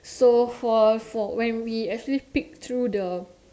so for for when we actually peek through the